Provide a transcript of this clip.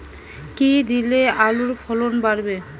কী দিলে আলুর ফলন বাড়বে?